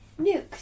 nukes